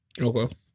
Okay